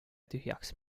tühjaks